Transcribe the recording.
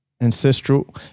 Ancestral